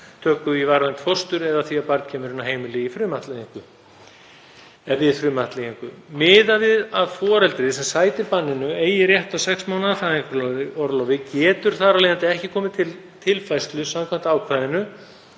töku þess í varanlegt fóstur eða því að barn kemur inn á heimili við frumættleiðingu. Miðað við að foreldrið sem sætir banninu eigi rétt á sex mánaða fæðingarorlofi getur þar af leiðandi ekki komið til tilfærslu samkvæmt ákvæðinu